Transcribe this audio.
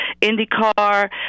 IndyCar